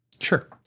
Sure